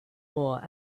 more